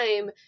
time